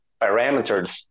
parameters